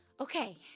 Okay